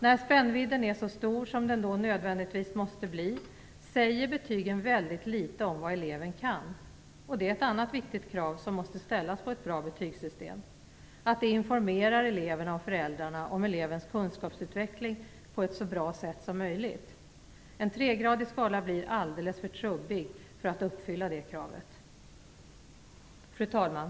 När spännvidden är så stor, som den då nödvändigtvis måste bli, säger betygen väldigt litet om vad eleven kan - och det är ett annat viktigt krav som måste ställas på ett bra betygssystem. Det skall informera eleverna och föräldrarna om elevens kunskapsutveckling på ett så bra sätt som möjligt. En tregradig skala blir alldeles för trubbig för att uppfylla det kravet. Fru talman!